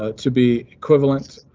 ah to be equivalent,